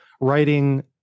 writing